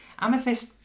Amethyst